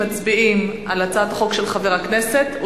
אנחנו מצביעים על הצעת החוק של חבר הכנסת,